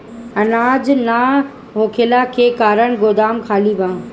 अनाज ना होखला के कारण गोदाम खाली बा